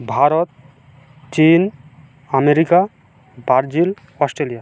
ভারত চীন America Darjeeling Australia